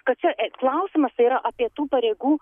kad čia e klausimas tai yra apie tų pareigų